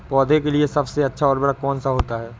पौधे के लिए सबसे अच्छा उर्वरक कौन सा होता है?